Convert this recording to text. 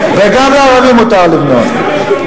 גם לערבים מותר לבנות.